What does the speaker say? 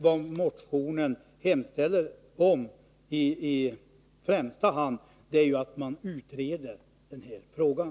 Vad motionen hemställer om i första hand är ju att man skall utreda frågan.